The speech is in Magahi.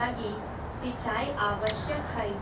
लगी सिंचाई आवश्यक हइ